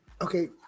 Okay